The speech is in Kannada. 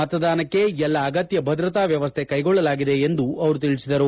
ಮತದಾನಕ್ಕೆ ಎಲ್ಲಾ ಅಗತ್ಯ ಭದ್ರತಾ ವ್ಯವಸ್ಥೆ ಮಾಡಲಾಗಿದೆ ಎಂದು ಅವರು ತಿಳಿಸಿದರು